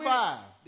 five